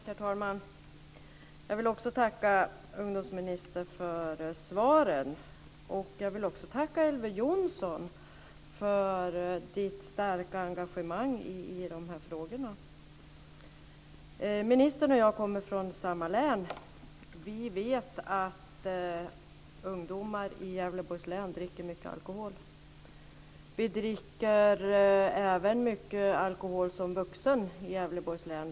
Herr talman! Jag vill också tacka ungdomsministern för svaren. Jag vill också tacka Elver Jonsson för hans starka engagemang i dessa frågor. Ministern och jag kommer från samma län. Vi vet att ungdomar i Gävleborgs län dricker mycket alkohol. Vi dricker även mycket alkohol som vuxna i Gävleborgs län.